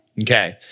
Okay